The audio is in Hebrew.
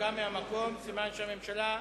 הנמקה מהמקום, סימן שהממשלה תומכת.